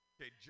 Okay